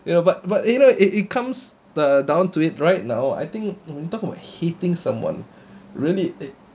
you know but but you know it it comes down to it right now I think when talk about hitting someone really it